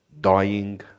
dying